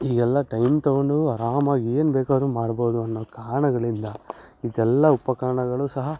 ಈಗೆಲ್ಲ ಟೈಮ್ ತೊಗೊಂಡು ಅರಾಮಾಗಿ ಏನು ಬೇಕಾರೂ ಮಾಡ್ಬೋದು ಅನ್ನೋ ಕಾರಣಗಳಿಂದ ಇವಕ್ಕೆಲ್ಲ ಉಪಕರಣಗಳು ಸಹ